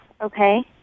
Okay